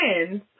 friends